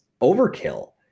overkill